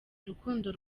urukundo